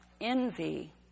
envy